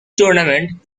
tournament